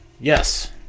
Yes